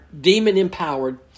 demon-empowered